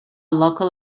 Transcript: local